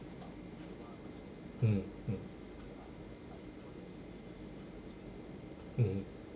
mm mm mm